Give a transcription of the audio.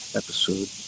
episode